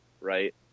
right